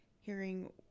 hearing